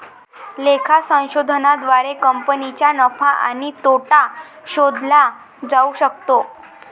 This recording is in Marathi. लेखा संशोधनाद्वारे कंपनीचा नफा आणि तोटा शोधला जाऊ शकतो